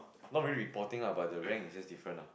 not really reporting lah but the rank is just different lah